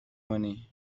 money